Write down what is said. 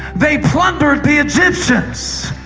they plundered the egyptians.